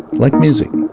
like music